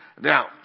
Now